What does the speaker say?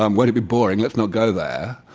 um won't it be boring? let's not go there,